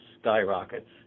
skyrockets